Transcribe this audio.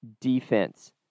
defense